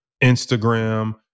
Instagram